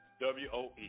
W-O-E